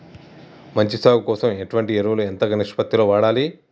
మంచి సాగు కోసం ఎటువంటి ఎరువులు ఎంత నిష్పత్తి లో వాడాలి?